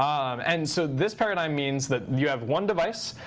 um and so this paradigm means that you have one device,